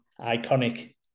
iconic